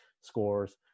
scores